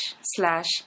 slash